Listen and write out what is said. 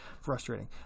frustrating